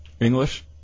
English